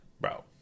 bro